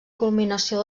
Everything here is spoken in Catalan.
culminació